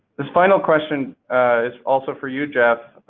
this final question is also for you, jeff,